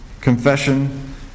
Confession